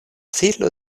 filo